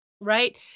Right